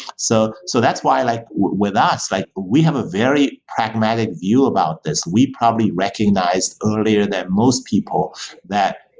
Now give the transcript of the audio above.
so so that's why like with us, like we have a very pragmatic view about this. we probably recognized earlier that most people that